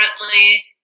currently